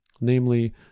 namely